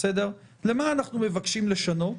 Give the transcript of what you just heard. למה אנחנו מבקשים לשנות?